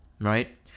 right